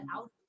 out